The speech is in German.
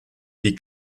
die